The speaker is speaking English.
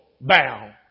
bound